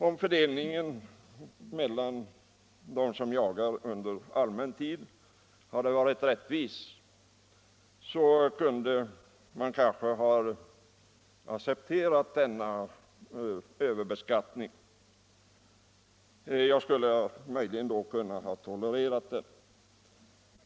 Om fördelningen mellan dem som jagar under allmän tid hade varit rättvis, så kunde man kanske ha accepterat denna hårda beskattning. Då skulle jag möjligen ha kunnat tolerera den.